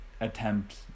attempt